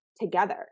together